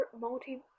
multi